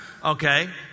okay